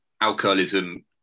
alcoholism